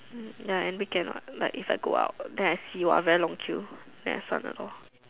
ya and weekend what like if I go out then I see !wah! very long queue then I 算了 lor